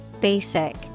basic